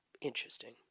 Interesting